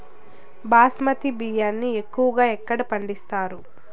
బాస్మతి బియ్యాన్ని ఎక్కువగా ఎక్కడ పండిస్తారు?